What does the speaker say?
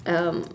um